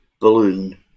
balloon